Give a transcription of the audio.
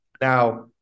Now